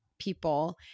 People